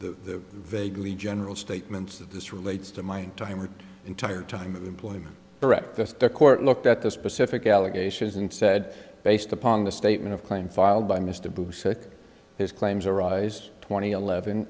the vaguely general statements of this relates to mine to him her entire time of employment direct the court looked at the specific allegations and said based upon the statement of claim filed by mr bruce his claims arise twenty eleven